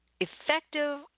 effective